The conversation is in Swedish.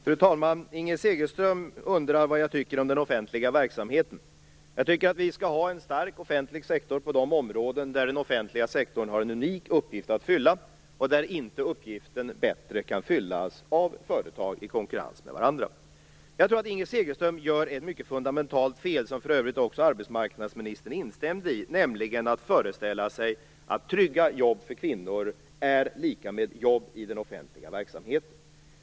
Fru talman! Inger Segelström undrade vad jag tycker om den offentliga verksamheten. Jag tycker att vi skall ha en stark offentlig sektor på de områden där den offentliga sektorn har en unik uppgift att fylla och där uppgiften inte bättre kan fyllas av företag i konkurrens med varandra. Jag tror att Inger Segelström gör ett mycket fundamentalt fel, som för övrigt också arbetsmarknadsministern gjorde sig skyldig till, när hon föreställer sig att trygga jobb för kvinnor är detsamma som jobb i den offentliga verksamheten.